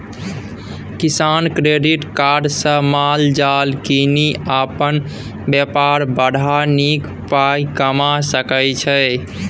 किसान credit card सँ माल जाल कीनि अपन बेपार बढ़ा नीक पाइ कमा सकै छै